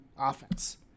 offense